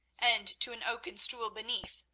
and to an oaken stool beneath,